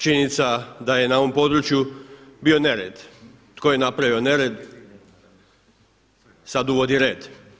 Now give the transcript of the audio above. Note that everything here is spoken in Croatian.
Činjenica da je na ovom području bio nered, tko je napravio nered sada uvodi red.